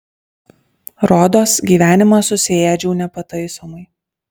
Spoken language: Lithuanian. rodos gyvenimą susiėdžiau nepataisomai